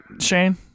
Shane